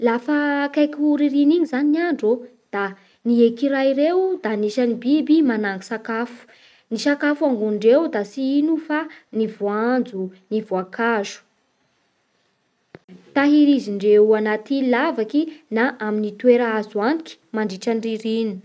Lafa akaiky ho ririniny igny zany gn andro ô da ny ekiray ireo da anisan'ny biby manango sakafo. Ny sakafo angonindreo da tsy ino fa ny voanjo, ny voankazo. Tahirizindreo anaty lavaky na amin'ny toera azo antoky mandritra ny ririny.